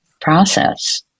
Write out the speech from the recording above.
process